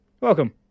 Welcome